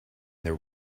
their